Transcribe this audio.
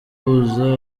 uhuza